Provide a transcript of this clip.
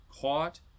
caught